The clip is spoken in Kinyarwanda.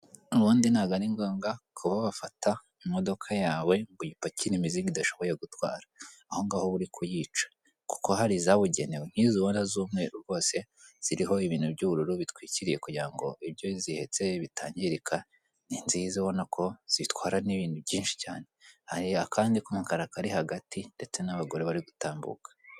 Ubundi ntago ari ngombwa kuba bafata imodoka yawe ngo uyipakinge imizigo idashoboye gutwara ahongaho uba uri kuyica, kuko hari izabugenewe nk'izo ubona z'umweru rwose ziriho ibintu by'ubururu bitwikiriye kugira ngo ibyo zihetse bitangirika, ni nziza ubona ko zitwara n'ibintu byinshi cyane, hari akandi k'umukara kari hagati ndetse n'abagore bari gutambuka.